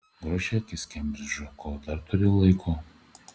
grožėkis kembridžu kol dar turi laiko